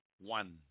one